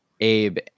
Abe